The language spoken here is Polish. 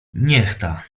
niechta